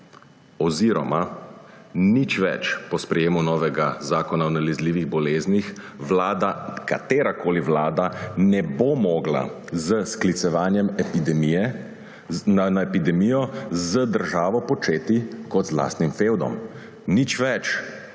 Oziroma nič več po sprejetju novega zakona o nalezljivih boleznih vlada, katerakoli vlada ne bo mogla s sklicevanjem na epidemijo z državo delati kot z lastnim fevdom. Nič več